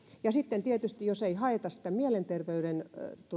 sitten tietysti jos ei haeta mielenterveyden